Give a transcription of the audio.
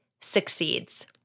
succeeds